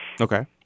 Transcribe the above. Okay